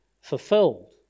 fulfilled